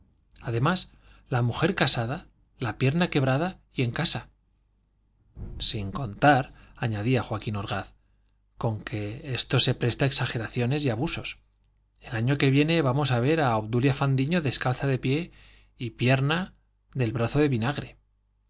además la mujer casada la pierna quebrada y en casa sin contar añadía joaquín orgaz con que esto se presta a exageraciones y abusos el año que viene vamos a ver a obdulia fandiño descalza de pie y pierna del brazo de vinagre